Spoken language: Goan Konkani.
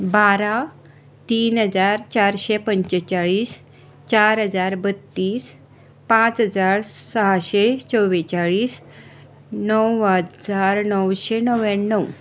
बारा तीन हजार चारशें पंचेचाळीस चार हजार बत्तीस पांच हजार साहशे चोव्वेचाळीस णव हजार णवशें णव्याण्णव